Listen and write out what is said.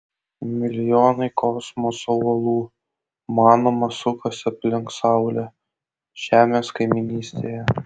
milijonai kosmoso uolų manoma sukasi aplink saulę žemės kaimynystėje